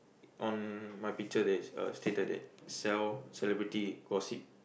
on my picture there is uh stated that sell celebrity gossip